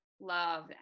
love